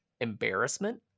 embarrassment